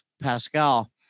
Pascal